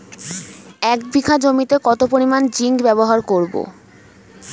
এক বিঘা জমিতে কত পরিমান জিংক ব্যবহার করব?